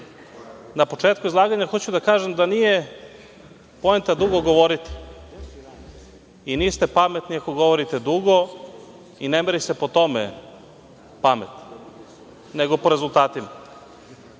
početku izlaganja hoću da kažem da nije poenta dugo govoriti i niste pametni ako govorite dugo i ne meri se po tome pamet, nego po rezultatima.